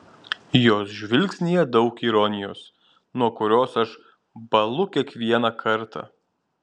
jos žvilgsnyje daug ironijos nuo kurios aš bąlu kiekvieną kartą